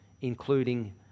including